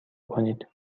کنید